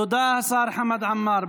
תודה, השר חמד עמאר.